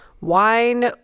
wine